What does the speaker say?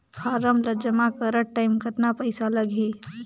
Form ला जमा करत टाइम कतना पइसा लगही?